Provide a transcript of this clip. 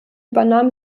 übernahm